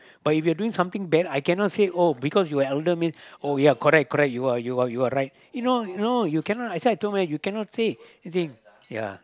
but if you're doing something bad I cannot say oh because you're elder means oh ya correct correct you are you are you are right you know you know you cannot I say I cannot you cannot say anything ya